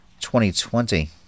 2020